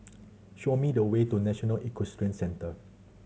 show me the way to National Equestrian Centre